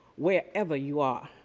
wherever you are.